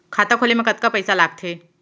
खाता खोले मा कतका पइसा लागथे?